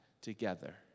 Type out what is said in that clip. together